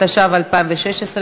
התשע"ו 2016,